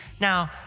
Now